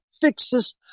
fixes